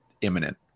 imminent